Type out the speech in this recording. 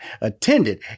attended